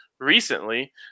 recently